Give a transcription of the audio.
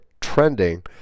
trending